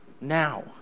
Now